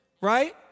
right